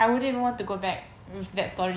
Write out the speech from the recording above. I wouldn't want to go back with that story